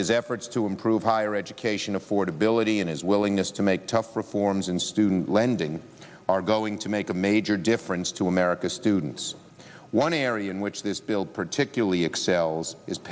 his efforts to improve higher education affordability and his willingness to make tough reforms in student lending are going to make a major difference to america's students one area in which this bill particularly excels is